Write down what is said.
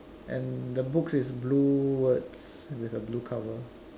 and the books is blue words with a blue cover